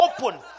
open